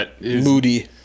Moody